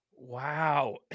Wow